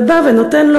ובא ונותן לו,